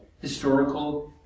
historical